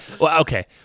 okay